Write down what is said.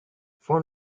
four